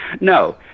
no